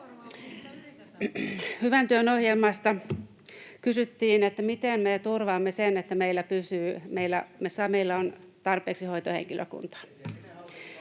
Hyvän työn ohjelmasta kysyttiin, miten me turvaamme sen, että meillä on tarpeeksi hoitohenkilökuntaa.